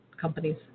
companies